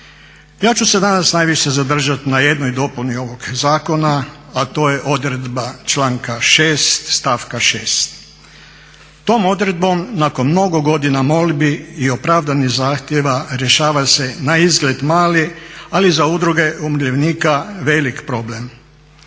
Ja ću se danas najviše zadržati na jednoj dopuni ovog zakona, a to je odredba članka 6. Stavka 6. Tom odredbom nakon mnogo godina molbi i opravdanih zahtjeva rješava se naizgled mali ali za udruge umirovljenika velik problem.